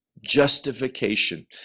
justification